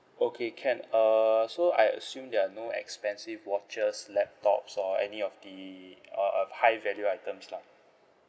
okay can err so I assume there are no expensive watches laptops or any of the uh uh high value items lah